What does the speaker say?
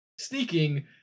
Sneaking